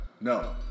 No